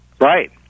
Right